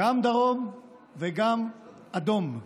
גם דרום וגם אדום.